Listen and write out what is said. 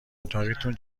اتاقیتون